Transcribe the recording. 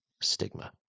Stigma